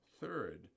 Third